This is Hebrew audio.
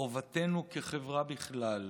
חובתנו כחברה בכלל,